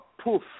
poof